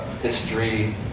history